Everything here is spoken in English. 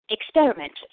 experiment